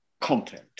content